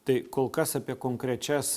tai kol kas apie konkrečias